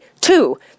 Two